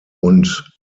und